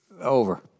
Over